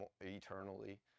eternally